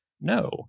No